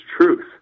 truth